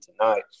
tonight